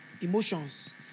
emotions